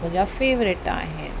मुंहिंजा फेवरेट आहिनि